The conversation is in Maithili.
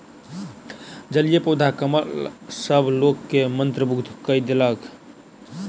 जलीय पौधा कमल सभ लोक के मंत्रमुग्ध कय देलक